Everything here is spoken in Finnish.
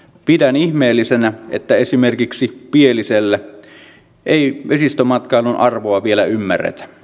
pidän ihmeellisenä että esimerkiksi pielisellä ei vesistömatkailun arvoa vielä ymmärretä